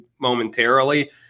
momentarily